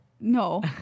no